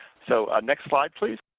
so ah next slide, please.